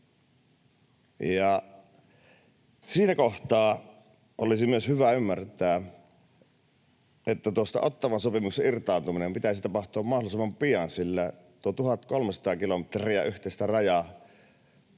Siinä kohtaa olisi myös hyvä ymmärtää, että tuosta Ottawan sopimuksesta irtaantumisen pitäisi tapahtua mahdollisimman pian, sillä tuo 1 300 kilometriä yhteistä rajaa